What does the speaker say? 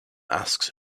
asks